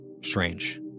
Strange